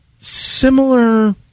similar